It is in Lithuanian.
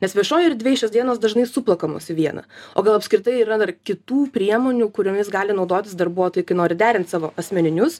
nes viešoj erdvėj šios dienos dažnai suplakamos į vieną o gal apskritai yra dar kitų priemonių kuriomis gali naudotis darbuotojai kai nori derint savo asmeninius